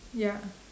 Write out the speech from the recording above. ya